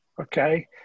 okay